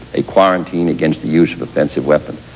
a quarantine against the use of offensive weapons.